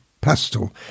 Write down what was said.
pastel